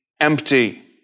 empty